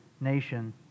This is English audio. nation